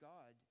God